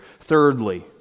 Thirdly